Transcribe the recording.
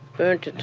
burnt it.